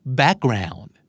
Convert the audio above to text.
background